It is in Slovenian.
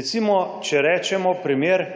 Recimo, če rečemo primer,